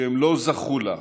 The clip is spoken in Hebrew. שהם לא זכו לה.